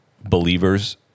believers